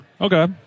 Okay